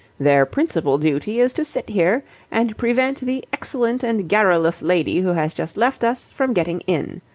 their principal duty is to sit here and prevent the excellent and garrulous lady who has just left us from getting in.